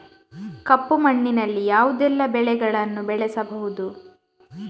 ಕಪ್ಪು ಮಣ್ಣಿನಲ್ಲಿ ಯಾವುದೆಲ್ಲ ಬೆಳೆಗಳನ್ನು ಬೆಳೆಸಬಹುದು?